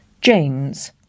James